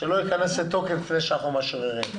שלא ייכנס לתוקף לפני שאנחנו מאשררים.